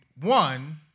one